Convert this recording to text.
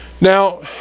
Now